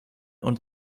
und